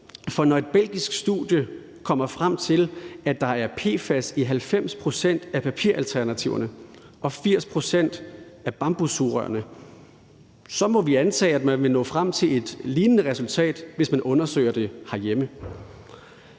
For når et belgisk studie kommer frem til, at der er PFAS i 90 pct. af papiralternativerne og i 80 pct. af bambussugerørene, må vi antage, at man må nå frem til et lignende resultat, hvis man undersøger det herhjemme.